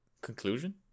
conclusion